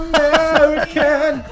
American